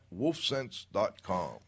wolfsense.com